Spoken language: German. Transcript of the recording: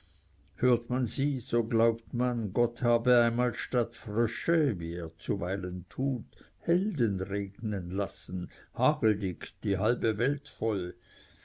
hört man sie so glaubt man gott habe einmal statt frösche wie er zuweilen tut helden regnen lassen hageldick die halbe welt voll